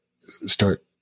start